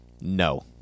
No